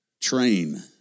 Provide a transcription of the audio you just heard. Train